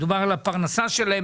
מדובר על הפרנסה שלהם.